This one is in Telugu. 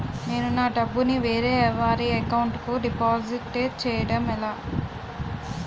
నేను నా డబ్బు ని వేరే వారి అకౌంట్ కు డిపాజిట్చే యడం ఎలా?